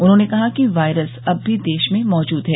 उन्होंने कहा कि वायरस अब भी देश में मौजूद है